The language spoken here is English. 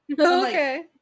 Okay